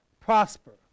prosper